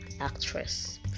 actress